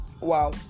Wow